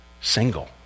single